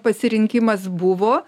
pasirinkimas buvo